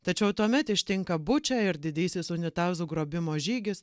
tačiau tuomet ištinka buča ir didysis unitazų grobimo žygis